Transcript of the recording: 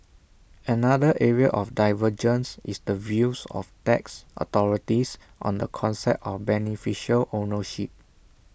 another area of divergence is the views of tax authorities on the concept of beneficial ownership